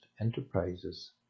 enterprises